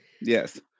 Yes